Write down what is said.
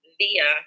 via